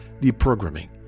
deprogramming